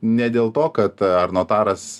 ne dėl to kad e ar notaras